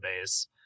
base